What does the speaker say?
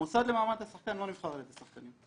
המוסד למעמד השחקן לא נבחר אצלכם.